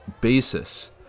basis